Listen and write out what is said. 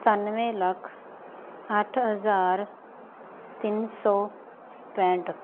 ਸਤਾਨਵੇਂ ਲੱਖ ਅੱਠ ਹਜ਼ਾਰ ਤਿੰਨ ਸੌ ਪੈਂਹਠ